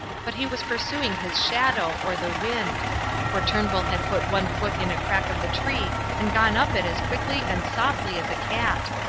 but he was pursuing his shadow or the wind for turnbull had put one foot in a crack of the tree and gone up it as quickly and softly as a cat.